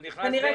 הוא נכנס באמצע.